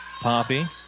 Poppy